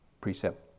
precept